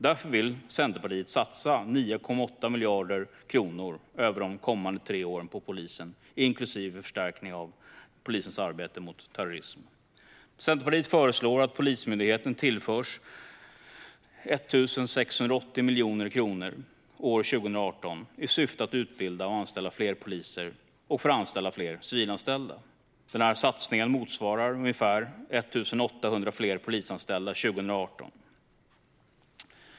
Därför vill Centerpartiet satsa 9,8 miljarder kronor över de kommande tre åren på polisen, inklusive förstärkning av polisens arbete mot terrorism. Centerpartiet föreslår att Polismyndigheten tillförs 1 680 miljoner kronor år 2018 i syfte att utbilda och anställa fler poliser samt för att anställa fler civilanställda. Denna satsning motsvarar ca 1 800 fler polisanställda 2018.